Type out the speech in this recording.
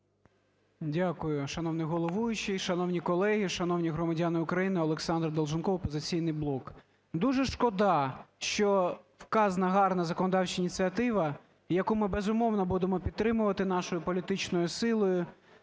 Дякую. Шановний головуючий! Шановні колеги! Шановні громадяни України! Олександр Долженков, "Опозиційний блок". Дуже шкода, що вказана гарна законодавча ініціатива, яку ми, безумовно, будемо підтримувати нашою політичною силою,